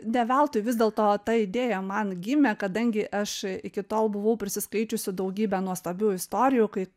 ne veltui vis dėlto ta idėja man gimė kadangi aš iki tol buvau prisiskaičiusi daugybę nuostabių istorijų kai